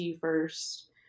first